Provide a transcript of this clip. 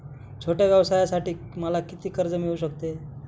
छोट्या व्यवसायासाठी मला किती कर्ज मिळू शकते?